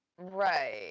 Right